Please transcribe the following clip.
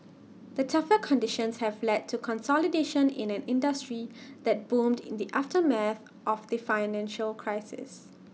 the tougher conditions have led to consolidation in an industry that boomed in the aftermath of the financial crisis